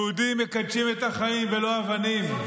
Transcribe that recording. יהודים מקדשים את החיים ולא אבנים.